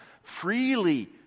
freely